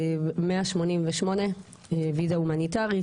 188 ויזה הומניטרית.